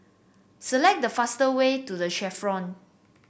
select the faster way to The Chevrons